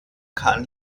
kann